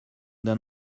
d’un